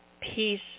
peace